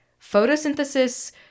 photosynthesis